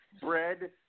Bread